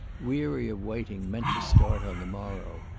weary of waiting, meant to start on the morrow.